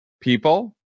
people